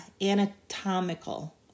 anatomical